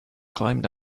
climbed